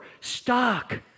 stuck